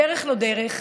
בדרך-לא-דרך